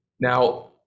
Now